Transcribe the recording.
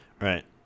Right